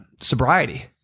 sobriety